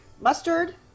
mustard